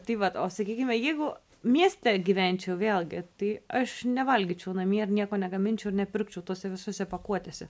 tai vat o sakykime jeigu mieste gyvenčiau vėlgi tai aš nevalgyčiau namie ir nieko negaminčiau ir nepirkčiau tose visose pakuotėse